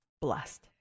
blessed